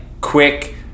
quick